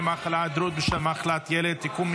מחלה (היעדרות בשל מחלת ילד) (תיקון,